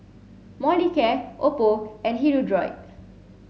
Molicare Oppo and Hirudoid